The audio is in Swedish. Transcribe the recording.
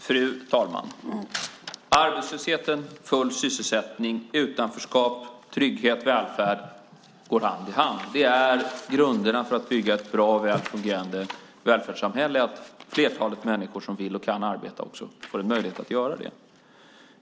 Fru talman! Arbetslöshet, full sysselsättning, utanförskap, trygghet och välfärd går hand i hand. Grunderna för att bygga ett bra välfärdssamhälle är att flertalet människor som vill och kan arbeta också får möjlighet att göra det.